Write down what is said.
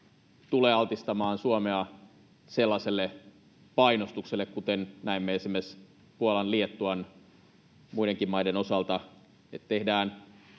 tule altistamaan Suomea sellaiselle painostukselle, kuten näemme esimerkiksi Puolan, Liettuan, muidenkin maiden osalta,